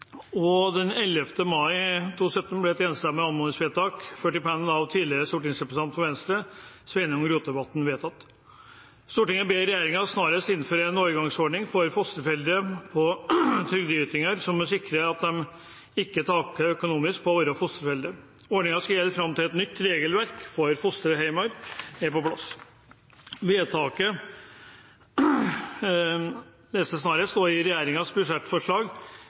den 11. mai 2017 ble det gjort et anmodningsvedtak, basert på et forslag som var ført i pennen av tidligere stortingsrepresentant for Venstre, Sveinung Rotevatn: «Stortinget ber regjeringa snarast innføre ei overgangsordning for fosterforeldre på trygdeytingar, som sikrar at dei ikkje tapar økonomisk på å vere fosterforeldre. Ordninga skal gjelde fram til eit nytt regelverk for fosterheimar er på plass.» Vedtaket sier «snarest», og i regjeringens budsjettforslag